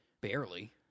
Barely